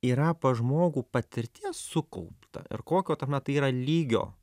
yra pas žmogų patirties sukaupta ir kokio ta na tai yra lygio